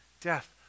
Death